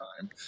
time